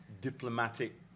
diplomatic